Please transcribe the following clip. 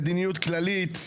למדיניות כללית.